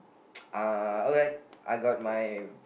uh okay I got my